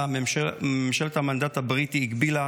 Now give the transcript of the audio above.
כשברקע, ממשלת המנדט הבריטי הגבילה